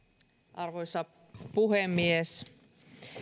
arvoisa puhemies